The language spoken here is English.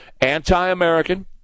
Anti-American